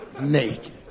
Naked